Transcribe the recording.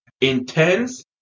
Intense